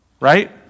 right